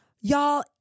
y'all